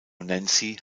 nancy